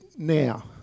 now